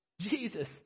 Jesus